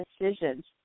decisions